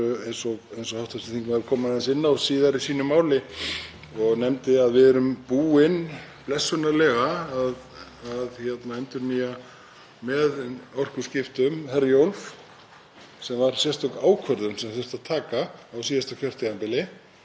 með orkuskiptum Herjólf sem var sérstök ákvörðun sem þurfti að taka á síðasta kjörtímabili. Blessunarlega gerðum við það og settum fjármuni í það þannig að við erum búin með þá ferju sem er kannski svona stærst og mestur þungi